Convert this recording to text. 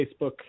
Facebook